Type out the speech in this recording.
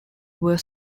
were